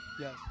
Yes